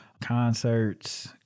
concerts